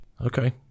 Okay